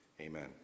amen